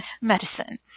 medicine